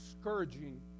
scourging